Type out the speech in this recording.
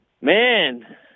Man